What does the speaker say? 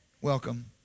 Welcome